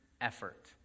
effort